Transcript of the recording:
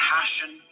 Passion